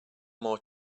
more